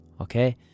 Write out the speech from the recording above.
Okay